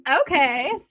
okay